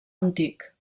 antic